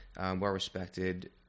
well-respected